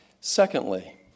Secondly